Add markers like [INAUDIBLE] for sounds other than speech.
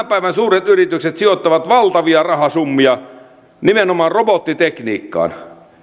[UNINTELLIGIBLE] päivän suuret yritykset sijoittavat valtavia rahasummia nimenomaan robottitekniikkaan